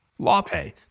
LawPay